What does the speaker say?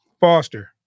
Foster